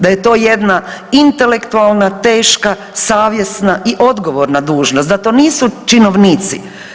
Da je to jedna intelektualna, teška, savjesna i odgovorna dužnost, da to nisu činovnici.